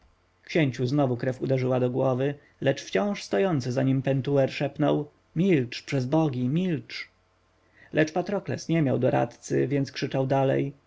księciu znowu krew uderzyła do głowy ale wciąż stojący za nim pentuer szepnął milcz przez bogi milcz lecz patrokles nie miał doradcy więc krzyczał dalej